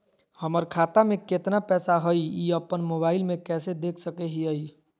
हमर खाता में केतना पैसा हई, ई अपन मोबाईल में कैसे देख सके हियई?